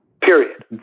period